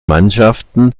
mannschaften